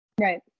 right